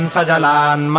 Sajalan